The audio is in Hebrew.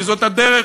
כי זאת הדרך